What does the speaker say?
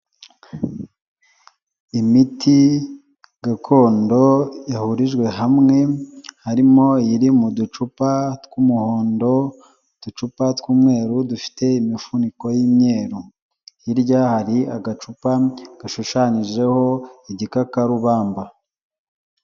Imiti gakondo yahurijwe hamwe harimo iri mu ducupa tw'umuhondo uducupa tw'umweru dufite imifuniko y'imyeru, hirya hari agacupa gashushanyijeho igikakarubamba.